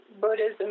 Buddhism